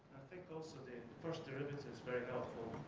think also the first derivative is is very helpful.